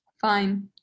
Fine